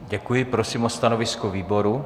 Děkuji, prosím o stanovisko výboru.